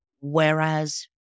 Whereas